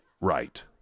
right